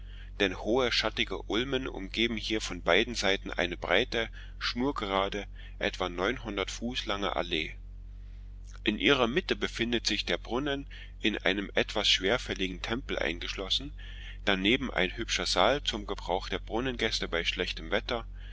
denn hohe schattige ulmen umgeben hier von beiden seiten eine breite schnurgerade etwa neunhundert fuß lange allee in ihrer mitte befindet sich der brunnen in einem etwas schwerfälligen tempel eingeschlossen daneben ein hübscher saal zum gebrauch der brunnengäste bei schlechtem wetter